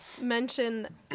mention